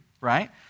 right